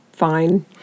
fine